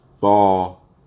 Ball